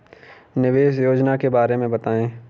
निवेश योजना के बारे में बताएँ?